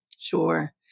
Sure